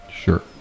Sure